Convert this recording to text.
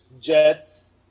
Jets